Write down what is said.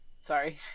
Sorry